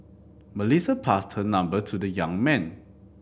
Melissa passed her number to the young man